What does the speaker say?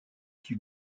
qui